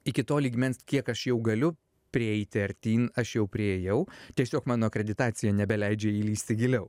iki to lygmens kiek aš jau galiu prieiti artyn aš jau priėjau tiesiog mano akreditacija nebeleidžia įlįsti giliau